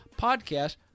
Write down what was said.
podcast